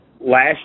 last